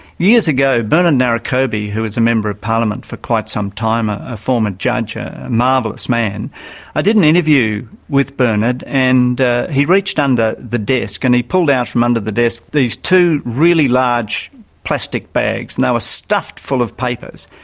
years ago, bernard narokobi who was a member of parliament for quite some time, ah a former judge, a marvellous man i did an interview with bernard and he reached under the desk and he pulled out from under the desk these two really large plastic bags. and they were ah stuffed full of papers.